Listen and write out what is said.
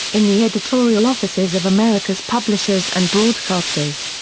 in the editorial offices of america's publishers and broadcasters.